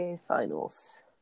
Finals